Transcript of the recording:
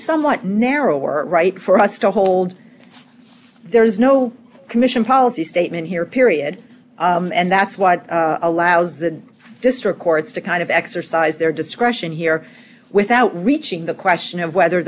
somewhat narrower right for us to hold there is no commission policy statement here period and that's what allows the district courts to kind of exercise their discretion here without reaching the question of whether